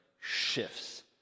shifts